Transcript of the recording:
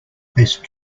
best